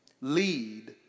lead